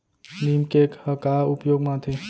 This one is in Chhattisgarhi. नीम केक ह का उपयोग मा आथे?